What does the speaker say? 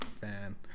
fan